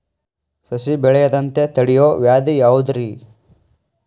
ಸಸಿ ಬೆಳೆಯದಂತ ತಡಿಯೋ ವ್ಯಾಧಿ ಯಾವುದು ರಿ?